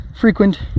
frequent